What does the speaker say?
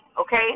okay